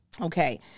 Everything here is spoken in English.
Okay